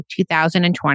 2020